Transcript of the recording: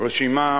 רשימה